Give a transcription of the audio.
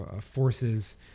forces